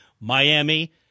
Miami